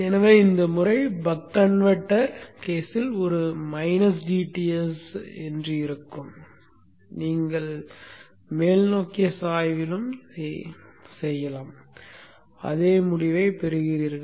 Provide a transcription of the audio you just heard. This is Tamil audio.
எனவே இந்த முறை பக் கன்வெர்ட்டர் கேஸில் ஒரு மைனஸ் dTs இருந்தது நீங்கள் மேல்நோக்கிய சாய்விலும் இதைச் செய்யலாம் அதே முடிவைப் பெறுவீர்கள்